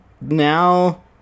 now